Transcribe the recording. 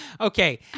Okay